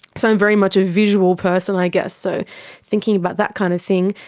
so i'm very much a visual person i guess. so thinking about that kind of thing,